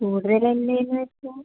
കൂടുതൽ അല്ലേന്ന് വെച്ചാൽ